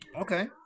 Okay